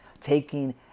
taking